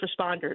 responders